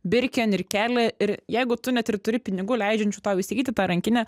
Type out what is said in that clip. birkin ir keli ir jeigu tu net ir turi pinigų leidžiančių tau įsigyti tą rankinę